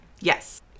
Yes